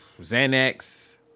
Xanax